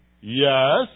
Yes